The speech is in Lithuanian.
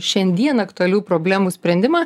šiandien aktualių problemų sprendimą